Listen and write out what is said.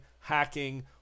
hacking